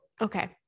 Okay